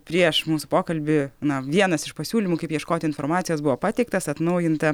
prieš mūsų pokalbį na vienas iš pasiūlymų kaip ieškoti informacijos buvo pateiktas atnaujinta